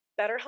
BetterHelp